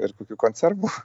ir kokių konservų